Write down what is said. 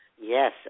Yes